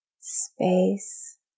space